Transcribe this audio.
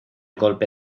golpe